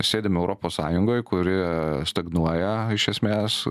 sėdim europos sąjungoj kuri stagnuoja iš esmės